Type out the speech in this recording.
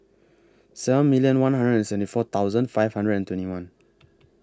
seven million one hundred and seventy four thousand five hundred and twenty one